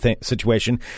situation